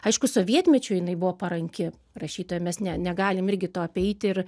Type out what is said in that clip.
aišku sovietmečiu jinai buvo paranki rašytoja mes ne negalim irgi to apeiti ir